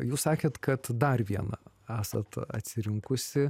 jūs sakėt kad dar vieną esat atsirinkusi